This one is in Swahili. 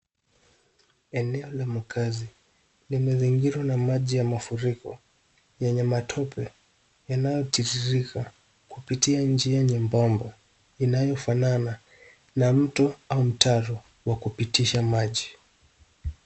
Eneo la makazi limezingirwa na maji ya mafuriko yenye matope yanayotiririka kupitia njia nyembamba inayofanana na mto au mtaro wa kupitisha maji.